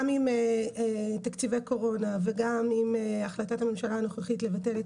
גם עם תקציבי קורונה וגם עם החלטת הממשלה הנוכחית לבטל את